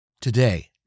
Today